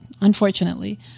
unfortunately